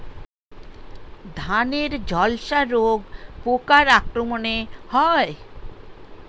ধানের ঝলসা রোগ পোকার আক্রমণে হয়?